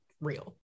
real